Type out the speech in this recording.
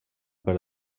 per